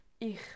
Ich